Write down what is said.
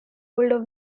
older